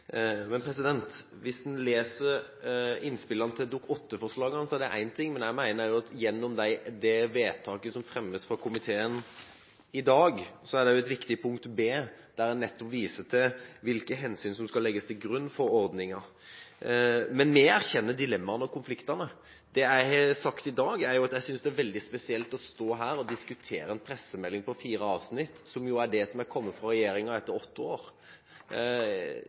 Men hvis man leser innspillene til Dokument 8-forslagene, er det én ting, men jeg mener også at det i innstillingens forslag til vedtak i dag er et viktig punkt B, der man nettopp viser til hvilke hensyn som skal legges til grunn for ordningen. Vi erkjenner dilemmaene og konfliktene. Det jeg har sagt i dag, er at jeg synes det er veldig spesielt å stå her og diskutere en pressemelding på fire avsnitt, som er det som har kommet fra regjeringen etter åtte år.